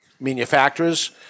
Manufacturers